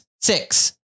six